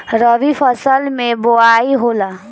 रबी फसल मे बोआई होला?